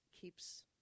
keeps